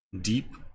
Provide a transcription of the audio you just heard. deep